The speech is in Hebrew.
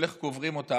איך קוברים אותם,